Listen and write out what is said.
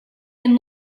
been